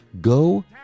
Go